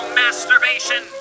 masturbation